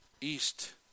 east